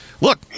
look